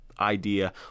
idea